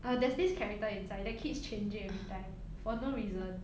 uh there's this character inside that keeps changing everytime for no reason